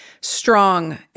strong